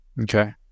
Okay